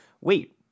Wait